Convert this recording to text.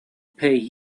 pay